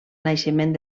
naixement